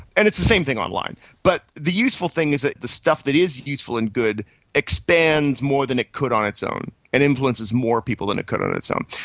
and it's the same thing online. but the useful thing is that the stuff that is useful and good expands more than it could on its own, it and influences more people than it could on its own.